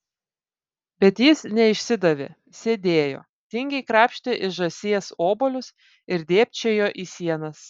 bet jis neišsidavė sėdėjo tingiai krapštė iš žąsies obuolius ir dėbčiojo į sienas